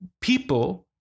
People